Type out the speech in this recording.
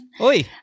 Oi